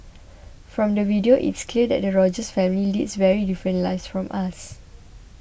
from the video it's clear that the Rogers family leads very different lives from us